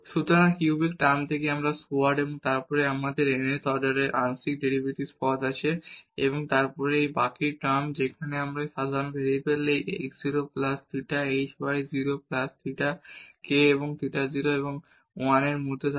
সুতরাং cubic term থেকে একটি স্কোয়ার্ড এবং তারপর আমাদের এই nth অর্ডারের আংশিক ডেরিভেটিভস পদ আছে এবং তারপর এই বাকী টার্ম যেখানে আমাদের এই সাধারণ ভেরিয়েবল এই x 0 plus theta h y 0 plus theta k যেখানে থিটা 0 এবং 1 এর মধ্যে আছে